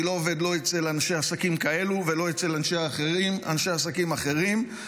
אני לא עובד אצל אנשי עסקים כאלה ולא אצל אנשי עסקים אחרים.